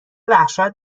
وحشت